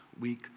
week